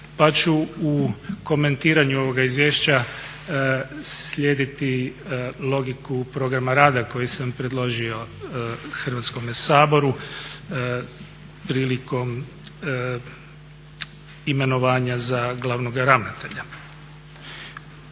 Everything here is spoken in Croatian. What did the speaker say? pa ću u komentiranju ovoga izvješća slijediti logiku programa rada koji sam predložio Hrvatskome saboru prilikom imenovanja za glavnoga ravnatelja.